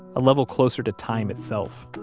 a level closer to time itself.